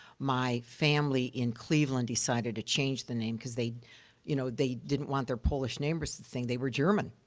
my family in cleveland decided to change the name cause they you know, they didn't want their polish neighbors to think they were german.